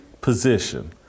position